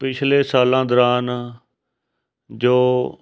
ਪਿਛਲੇ ਸਾਲਾਂ ਦੌਰਾਨ ਜੋ